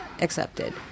accepted